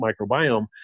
microbiome